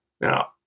Now